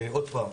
עוד פעם,